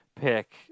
pick